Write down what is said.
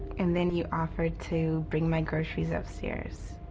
and then you offered to bring my groceries upstairs.